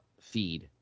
feed